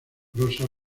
prosa